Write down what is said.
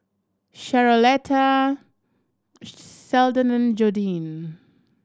Charolette Seldon and Jordyn